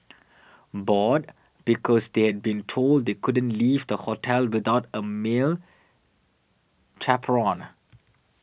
bored because they had been told they couldn't leave the hotel without a male chaperone